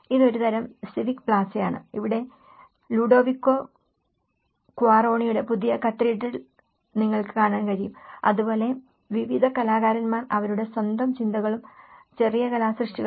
ഇതൊരു തരം സിവിക് പ്ലാസയാണ് ഇവിടെലുഡോവിക്കോ ക്വാറോണിയുടെ പുതിയ കത്തീഡ്രൽ നിങ്ങൾക്ക് കാണാൻ കഴിയും അതുപോലെ വിവിധ കലാകാരന്മാർ അവരുടെ സ്വന്തം ആശയങ്ങളും ചെറിയ കലാസൃഷ്ടികളും